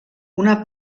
una